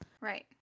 Right